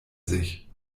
sich